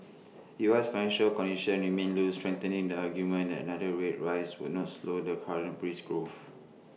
U S financial conditions remain loose strengthening the argument that another rate rise would not slow the current brisk growth